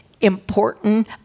important